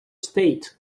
state